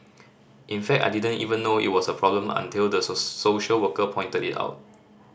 in fact I didn't even know it was a problem until the social worker pointed it out